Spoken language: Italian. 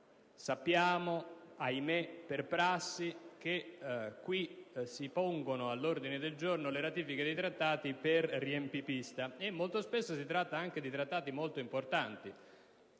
Sappiamo, ahimè, che, per prassi, si pongono all'ordine del giorno le ratifiche dei trattati come riempitivo, e spesso si tratta di trattati molto importanti,